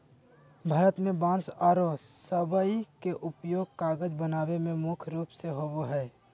भारत में बांस आरो सबई के उपयोग कागज बनावे में मुख्य रूप से होबो हई